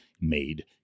made